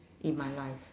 in my life